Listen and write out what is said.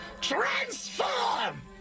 Transform